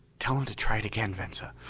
tell him to try it again, venza!